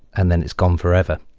and then it's gone forever.